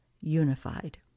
unified